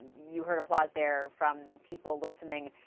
you heard applause there from people listening.